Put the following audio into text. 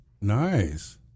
Nice